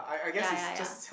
ya ya ya